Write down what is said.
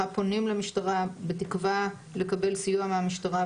פונים למשטרה בתקווה לקבל סיוע מהמשטרה,